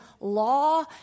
law